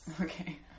Okay